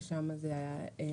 שם זה הרגולטור,